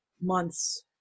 months